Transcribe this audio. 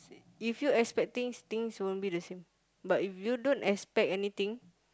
if you expecting things won't be the same but if you don't expect anything